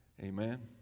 Amen